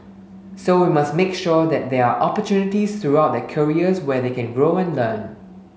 so we must make sure that there are opportunities throughout their careers where they can grow and learn